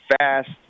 fast